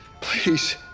please